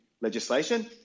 legislation